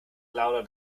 louder